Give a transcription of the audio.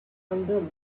under